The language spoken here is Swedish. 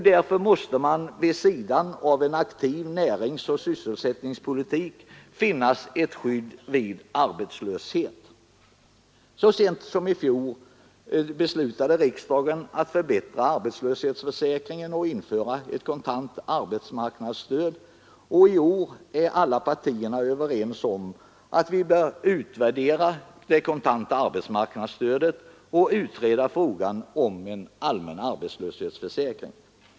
Därför måste vid sidan av en aktiv näringsoch sysselsättningspolitik finnas ett skydd vid arbetslöshet. Så sent som i fjol beslöt riksdagen att förbättra arbetslöshetsförsäkringen och införa ett kontant arbetsmarknadsstöd, och i år är alla partierna överens om att vi bör utvärdera det kontanta arbetsmarknadsstödet och utreda frågan om en allmän arbetslöshetsförsäkring.